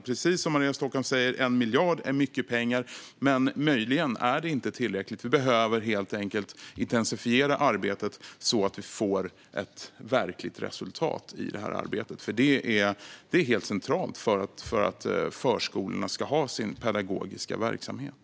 Precis som Maria Stockhaus säger är 1 miljard mycket pengar, men möjligen är det inte tillräckligt. Vi behöver helt enkelt intensifiera arbetet så att vi får ett verkligt resultat. Det är helt centralt för att förskolorna ska ha sin pedagogiska verksamhet.